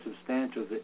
substantial